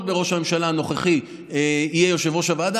בראש הממשלה הנוכחי יהיה יושב-ראש הוועדה,